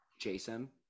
Jason